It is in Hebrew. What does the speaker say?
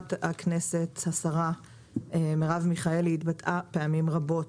חברת הכנסת השרה מרב מיכאלי התבטאה פעמים רבות